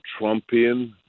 Trumpian